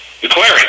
declaring